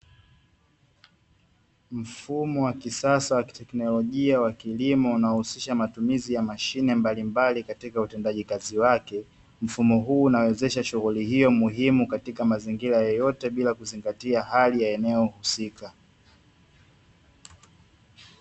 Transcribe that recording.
Mfumo wa kisasa wa kiteknolojia wa kilimo, unaohusisha matumizi ya mashine mbalimbali katika utendaji kazi wake, mfumo huu unawezesha shughuli hiyo muhimu katika mazingira yoyote bila kuzingatia hali ya eneo husika.